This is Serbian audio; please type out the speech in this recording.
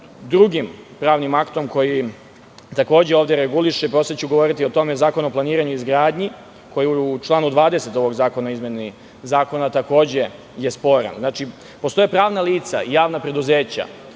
drugim pravnim aktom koji takođe ovde reguliše, posle ću govoriti o tome, Zakon o planiranju i izgradnji, koji je u članu 20. ovog zakona o izmeni zakona takođe sporan. Znači, postoje pravna lica, javna preduzeća